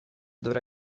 dovrà